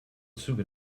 züge